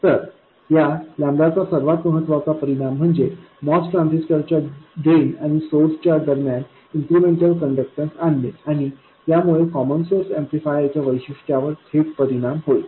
तर या चा सर्वात महत्वाचा परिणाम म्हणजे MOS ट्रान्झिस्टरच्या ड्रेन आणि सोर्सच्या दरम्यान इन्क्रिमेंटल कण्डक्टन्स आणणे आणि यामुळे कॉमन सोर्स ऍम्प्लिफायर च्या वैशिष्ट्यांवर थेट परिणाम होईल